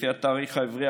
לפי התאריך העברי,